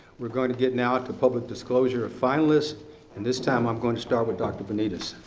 we're going to get now to public disclosure of finalists and this time i'm going to start with dr. benitez.